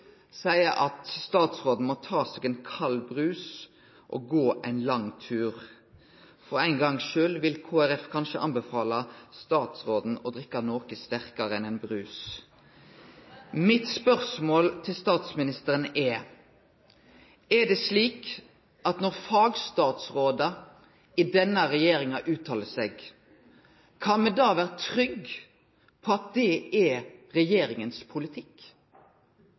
at statsråden «må ta seg en kald brus og gå en lang tur». For ein gongs skuld vil Kristeleg Folkeparti kanskje anbefale statsråden å drikke noko sterkare enn ein brus! Spørsmålet mitt til statsministeren er: Er det slik at når fagstatsrådar i denne regjeringa uttalar seg, kan me vere trygge på at det er regjeringas politikk?